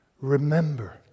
Remember